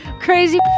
Crazy